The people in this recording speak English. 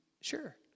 Sure